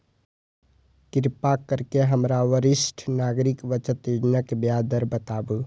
कृपा करके हमरा वरिष्ठ नागरिक बचत योजना के ब्याज दर बताबू